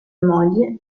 moglie